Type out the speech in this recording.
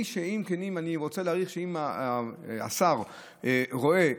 אני רוצה להעריך שאם השר רואה,